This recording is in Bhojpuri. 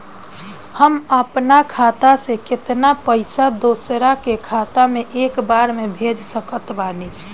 हम अपना खाता से केतना पैसा दोसरा के खाता मे एक बार मे भेज सकत बानी?